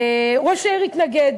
ראש העיר התנגד.